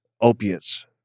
Opiates